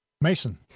mason